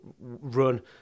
run